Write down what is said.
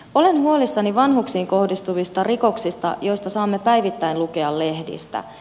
olen huolissani vanhuksiin kohdistuvista rikoksista joista saamme päivittäin lukea lehdistä